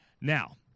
Now